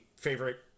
favorite